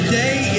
Today